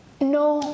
No